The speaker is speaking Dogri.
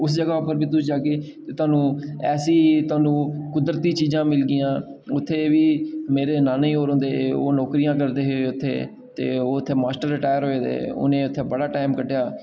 उस जगह् उप्पर बी तुस जाह्गे थुहानूं ऐसी कुदरती चीजां उत्थै बी मेरी नान्नी होर होंदे हे ओह् नौकरियां करदे हे ते ओह् उत्थै माश्टर रिटायर होए दे हे उ'न्नै उत्थै बड़ा टाइम कड्ढेआ